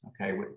okay